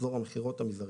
מחזור מכירות מזערי)"